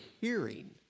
hearing